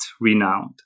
renowned